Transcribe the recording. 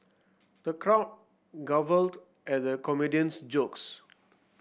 the crowd guffawed at the comedian's jokes